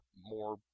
more